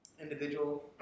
individual